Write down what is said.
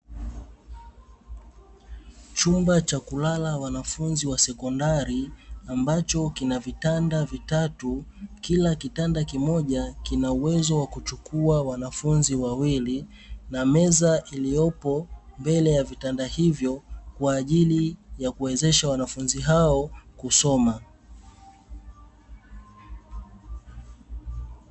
Chumba cha kulala wanafunzi wa sekondari ambacho kina vitanda vitatu kila kitanda kimoja kina uwezo wa kuchukua wanafunzi wawili, na meza iliyopo mbele ya vitanda hivyo kwa ajili ya kuwezesha wanafunzi hao kusoma.